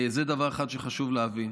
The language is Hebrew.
זה דבר אחד שחשוב להבין.